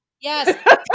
Yes